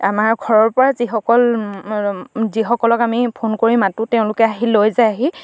আমাৰ ঘৰৰ পৰা যিসকল যিসকলক আমি ফোন কৰি মাতোঁ তেওঁলোকে আহি লৈ যায়হি